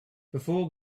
before